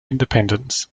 independence